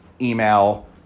email